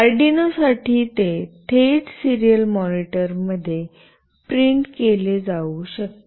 Arduino साठी ते थेट सिरीयल मॉनिटर मध्ये प्रिंट केले जाऊ शकते